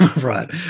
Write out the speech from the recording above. Right